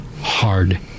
hard